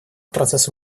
процессу